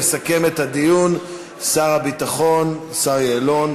יסכם את הדיון שר הביטחון, השר יעלון.